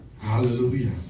Hallelujah